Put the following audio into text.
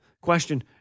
Question